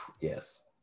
Yes